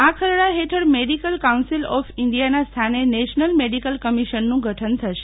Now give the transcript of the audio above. આ ખરડા હેઠળ મેડીકલ કાઉન્સિલ ઓફ ઇન્ડીયાના સ્થાને નેશનલ મેડીકલ કમિશનનું ગઠન થશે